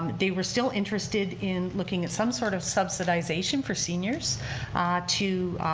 they were still interested in looking at some sort of subsidization for seniors to